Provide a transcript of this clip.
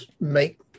make